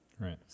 Right